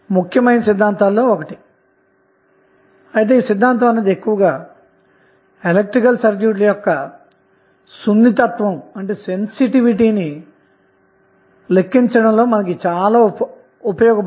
కాబట్టి ముందుగా Thevenin equivalent circuit ను అనగా RTh మరియు V Th విలువలను కనుక్కోవాలి